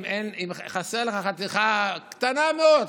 אם חסרה לך חתיכה קטנה מאוד,